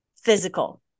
physical